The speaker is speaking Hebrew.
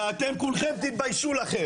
ואתם כולכם תתביישו לכם.